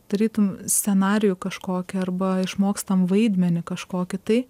tarytum scenarijų kažkokį arba išmokstam vaidmenį kažkokį tai